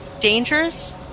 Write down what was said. dangerous